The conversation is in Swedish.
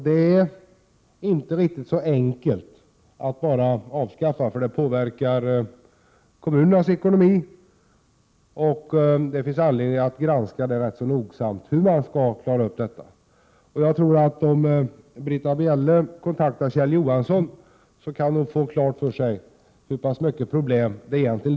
Det är inte riktigt så enkelt som att bara slopa reduceringsreglerna — det påverkar kommunernas ekonomi, och det finns anledning att noga utreda hur man skall lösa det problemet. Om Britta Bjelle kontaktar Kjell Johansson kan hon få klart för sig hur stora problem det är med det.